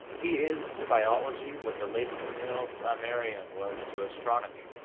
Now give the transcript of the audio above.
he is to biology what the late camille flammarion was to astronomy,